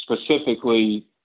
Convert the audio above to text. specifically